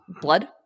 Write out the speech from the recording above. blood